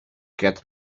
get